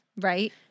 Right